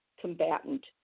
combatant